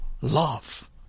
love